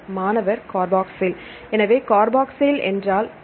மாணவர் கார்பாக்சைல் எனவே கார்பாக்சைல் என்றால் குழு என்ன